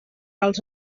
als